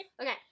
Okay